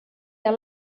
der